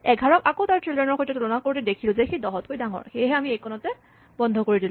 ১১ ক আকৌ তাৰ চিল্ড্ৰেনৰ সৈতে তুলনা কৰোতে দেখিলো যে সি ১০ তকৈ ডাঙৰ সেয়েহে আমি এইখিনিতে বন্ধ কৰিলো